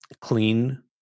clean